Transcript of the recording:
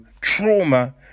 Trauma